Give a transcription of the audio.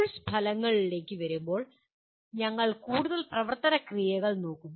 course ഫലങ്ങളിലേക്ക് വരുമ്പോൾ ഞങ്ങൾ കൂടുതൽ പ്രവർത്തന ക്രിയകൾ നോക്കും